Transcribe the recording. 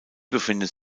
befindet